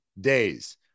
days